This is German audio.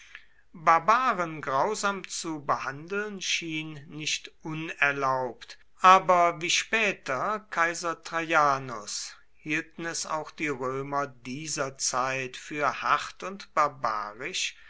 barbaren grausam zu behandeln schien nicht unerlaubt aber wie später kaiser traianus hielten es auch die römer dieser zeit für hart und barbarisch